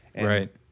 right